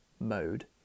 mode